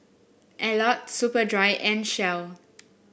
Alcott Superdry and Shell